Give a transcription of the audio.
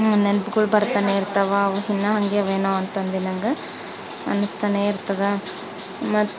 ನೆನಪುಗಳು ಬರ್ತಾನೆಯಿರ್ತಾವೆ ಅವು ಇನ್ನೂ ಹಾಗೆ ಅವೆ ಏನೋ ಅಂತಂದು ನಂಗೆ ಅನ್ನಿಸ್ತನೇಯಿರ್ತದೆ ಮತ್ತೆ